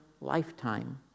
lifetime